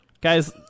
Guys